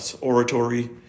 oratory